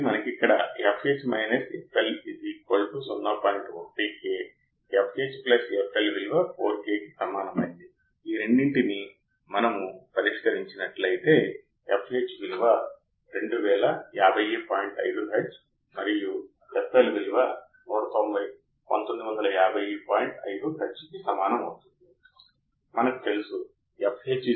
కాబట్టి మీరు ఇక్కడ చూడొచ్చు ఇక్కడ ఒక ఆప్ ఆంప్ అంతర్గత సర్క్యూట్ కలిగి ఉంటుంది ఇది స్కీమాటిక్లో చూపబడుతుంది ఏదేమైనా ఇప్పుడు చాలా మంది ఆప్ ఆంప్స్ ను మాస్ ఫెట్స్ ను ఉపయోగిస్తున్నారు మరియు బిజెటి లను కాదని గుర్తుంచుకోండి బిజెటి లు చాలా అరుదుగా ఉపయోగించబడతాయి బిజెటి లు సర్క్యూట్ లో చాలా అరుదుగా ఉపయోగించబడతాయి మీరు మాస్ ఫెట్ ల వాడకాన్ని కనుగొంటా కాబట్టి IC యొక్క ముఖ్యమైన బిల్డింగ్ బ్లాక్ ను ఇప్పుడు గుర్తుంచుకోవడం చాలా ముఖ్యం అర్థం చేసుకోవడం చాలా ముఖ్యం